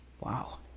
Wow